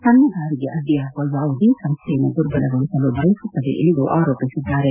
ತನ್ನ ದಾರಿಗೆ ಅಡ್ಡಿಯಾಗುವ ಯಾವುದೇ ಸಂಸ್ಡೆಯನ್ನು ದುರ್ಬಲಗೊಳಿಸಲು ಬಯಸುತ್ತದೆ ಎಂದು ಆರೋಪಿಸಿದ್ದಾರೆ